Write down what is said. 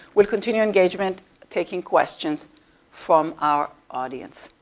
we'll continue engagement taking questions from our audience.